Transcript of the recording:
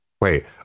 Wait